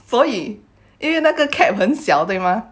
所以因为那个 cap 很小对吗